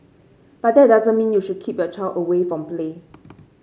but that doesn't mean you should keep your child away from play